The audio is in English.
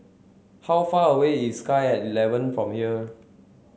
how far away is Sky at Eleven from here